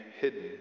hidden